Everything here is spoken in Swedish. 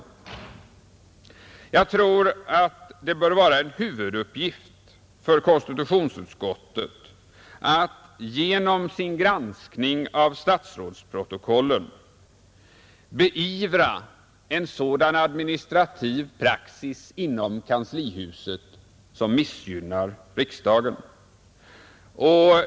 Jag tror att det bör vara en huvuduppgift för konstitutionsutskottet att genom sin granskning av statsrådsprotokollen beivra sådan administrativ praxis inom kanslihuset som missgynnar riksdagen.